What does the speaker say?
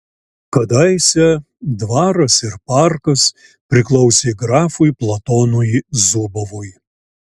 kadaise dvaras ir parkas priklausė grafui platonui zubovui